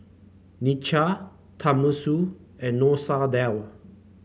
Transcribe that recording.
Nacho Tenmusu and Masoor Dal